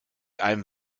einem